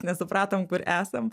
nesupratom kur esam